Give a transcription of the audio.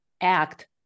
act